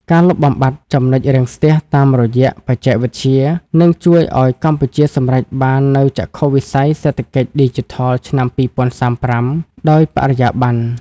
ការលុបបំបាត់ ចំណុចរាំងស្ទះ តាមរយៈបច្ចេកវិទ្យា នឹងជួយឱ្យកម្ពុជាសម្រេចបាននូវចក្ខុវិស័យសេដ្ឋកិច្ចឌីជីថលឆ្នាំ ២០៣៥ ដោយបរិយាបន្ន។